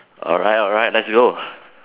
alright alright let's go